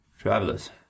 Travelers